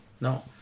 No